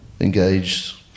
engaged